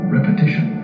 Repetition